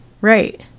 right